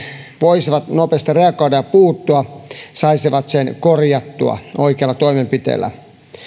voisivat nopeasti reagoida ja puuttua saisivat sen korjattua oikeilla toimenpiteillä